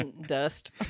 dust